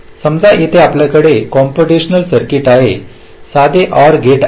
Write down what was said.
समजा येथे आपल्याकडे कॉम्प्यूटेशन सर्किट आहे साधे OR गेट आहे